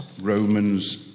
Romans